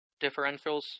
differentials